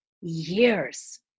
years